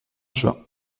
juin